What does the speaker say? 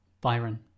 Byron